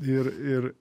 ir ir